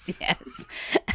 Yes